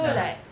ya